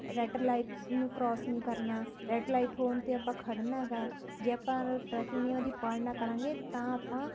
red light ਨੂੰ cross ਨਹੀਂ ਕਰਨਾ ਰੈਡ ਲਾਈਟ ਹੋਣ 'ਤੇ ਆਪਾਂ ਖੜ੍ਹਨਾ ਗਾ ਜੇ ਆਪਾਂ ਟਰੈਫਿਕ ਨਿਯਮਾਂ ਦੀ ਪਾਲਣਾ ਕਰਾਂਗੇ ਤਾਂ ਆਪਾਂ